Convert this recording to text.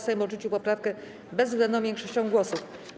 Sejm odrzucił poprawkę bezwzględną większością głosów.